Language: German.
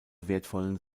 wertvollen